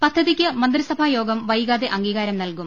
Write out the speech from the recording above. പദ്ധതിക്ക് മന്ത്രിസഭാ യോഗം വൈകാതെ അംഗീകാരം നൽകും